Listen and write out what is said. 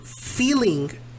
feeling